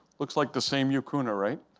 looks like the same yucuna, right?